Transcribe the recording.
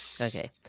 Okay